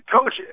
Coach